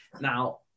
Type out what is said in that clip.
Now